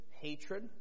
hatred